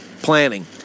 Planning